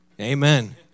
Amen